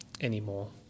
anymore